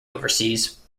overseas